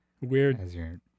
weird